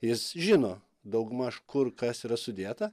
jis žino daugmaž kur kas yra sudėta